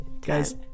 Guys